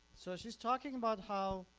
so she's talking about how